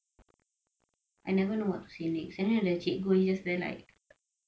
I never know what to say next and then the cikgu he just stare at